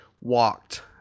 walked